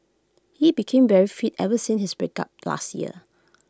he became very fit ever since his breakup last year